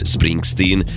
Springsteen